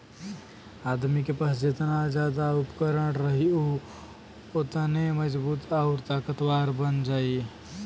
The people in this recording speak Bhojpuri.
आदमी के पास जेतना जादा उपकरण रही उ ओतने मजबूत आउर ताकतवर बन जाई